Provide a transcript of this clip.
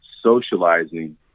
socializing